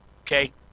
okay